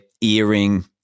earring